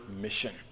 mission